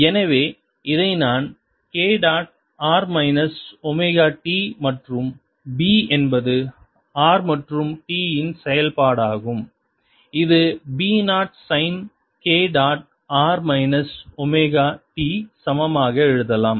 எனவே இதை நான் k dot r minus omega t மற்றும் b என்பது r மற்றும் t இன் செயல்பாடாகும் இது b 0 sine k dot r minus omega t சமமாக எழுதலாம்